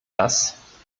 das